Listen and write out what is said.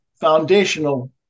foundational